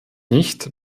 nicht